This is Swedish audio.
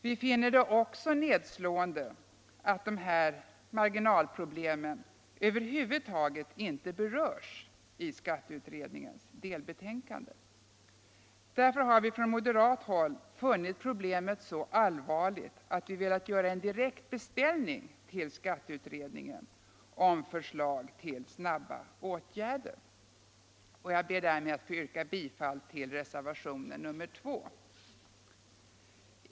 Vi finner det också nedslående att de här marginalproblemen över huvud taget inte berörs i skatteutredningens delbetänkande. Därför har vi från moderat håll funnit problemet så allvarligt att vi velat göra en direkt beställning till skatteutredningen om förslag till snabba åtgärder. Jag ber därmed att få yrka bifall till reservationen 2.